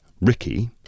Ricky